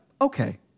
okay